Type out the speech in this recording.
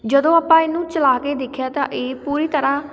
ਜਦੋਂ ਆਪਾਂ ਇਹਨੂੰ ਚਲਾ ਕੇ ਦੇਖਿਆ ਤਾਂ ਇਹ ਪੂਰੀ ਤਰ੍ਹਾਂ